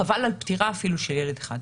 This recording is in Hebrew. חבל על פטירה אפילו של ילד אחד.